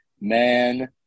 Man